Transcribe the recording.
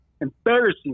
Embarrassing